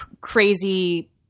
crazy